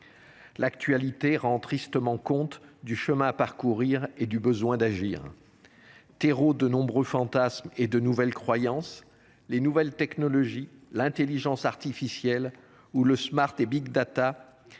L’actualité rend tristement compte du chemin à parcourir et du besoin d’agir. Terreau de nombreux fantasmes et de nouvelles croyances, les nouvelles technologies, l’intelligence artificielle ou les et cristallisent